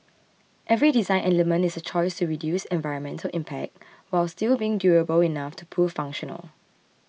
every design element is a choice to reduce environmental impact while still being durable enough to prove functional